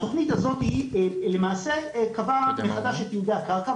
התוכנית הזאת למעשה קבעה מחדש את הקרקע,